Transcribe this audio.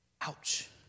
Ouch